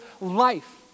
life